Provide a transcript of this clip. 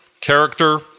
character